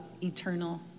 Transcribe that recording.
eternal